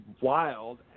wild